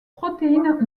protéines